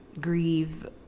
Grieve